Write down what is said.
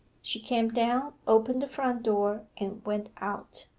she came down, opened the front door, and went out.